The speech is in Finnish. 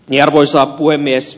arvoisa puhemies